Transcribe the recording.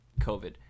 COVID